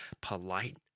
polite